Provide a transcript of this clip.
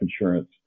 insurance